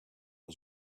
was